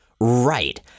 right